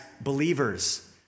believers